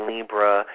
Libra